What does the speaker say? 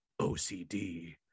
ocd